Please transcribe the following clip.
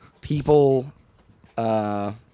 people